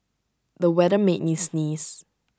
the weather made me sneeze